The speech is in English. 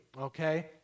okay